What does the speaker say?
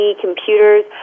computers